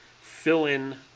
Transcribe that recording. fill-in